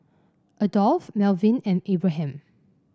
Adolph Melvyn and Abraham